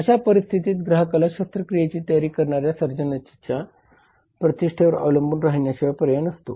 अशा परिस्थितीत ग्राहकाला शस्त्रक्रियेची तयारी करणाऱ्या सर्जनच्या प्रतिष्ठेवर अवलंबून राहण्याशिवाय पर्याय नसतो